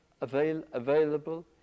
available